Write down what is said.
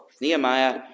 Nehemiah